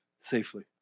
safely